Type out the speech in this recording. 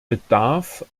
bedarf